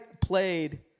played